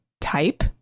type